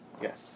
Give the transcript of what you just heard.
Yes